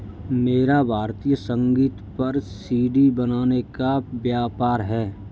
मेरा भारतीय संगीत पर सी.डी बनाने का व्यापार है